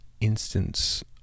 instance